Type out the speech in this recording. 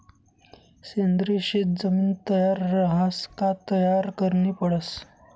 सेंद्रिय शेत जमीन तयार रहास का तयार करनी पडस